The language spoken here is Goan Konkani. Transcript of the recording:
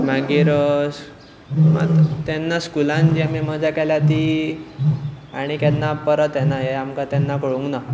मागीर मात तेन्ना स्कुलान जी आमी मजा केल्या ती आनी केन्ना परत येना हे तेन्ना आमकां कळूंक ना